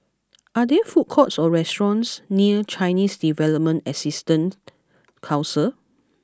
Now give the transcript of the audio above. are there food courts or restaurants near Chinese Development Assistance Council